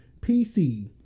PC